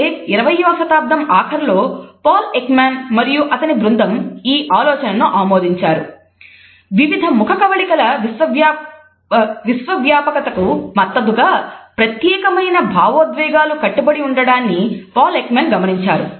అయితే 20వ శతాబ్దం ఆఖర్లో పాల్ ఎక్మాన్ గమనించారు